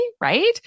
right